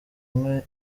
umwe